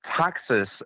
taxes